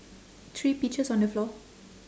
three peaches on the floor